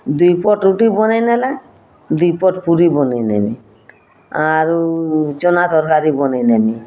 ଦୁଇ ପଟ୍ ରୁଟି ବନେଁଇନେଲେ ଦୁଇ ପଟ୍ ପୁରୀ ବନେଁଇନେମି ଆରୁ ଚନା ତରକାରୀ ବନେଇନେମି